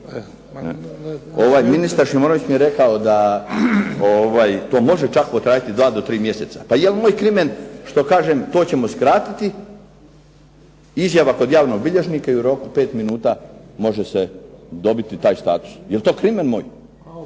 nigdje. Ministar Šimonović mi je rekao da to može čak potrajati dva do tri mjeseca. Pa je li moj crimen što kažem to ćemo skratiti, izjava kod javnog bilježnika i u roku 5 minuta može se dobiti taj status. Jel' to crimen moj?